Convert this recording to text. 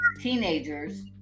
teenagers